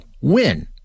win